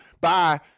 Bye